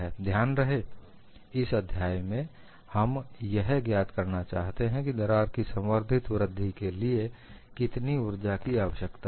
ध्यान रहे इस अध्याय में हम यह ज्ञात करना चाहते हैं कि दरार की संवर्धित वृद्धि के लिए कितनी ऊर्जा की आवश्यकता है